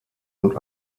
und